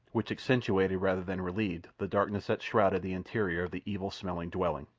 which accentuated rather than relieved the darkness that shrouded the interior of the evil-smelling dwelling,